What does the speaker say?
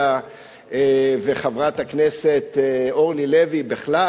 וחברת הכנסת אורלי לוי בכלל